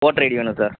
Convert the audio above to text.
voter ID வேணும் sir